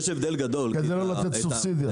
כדי לא לעשות סובסידיה.